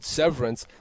severance